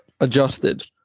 adjusted